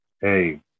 Hey